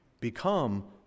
become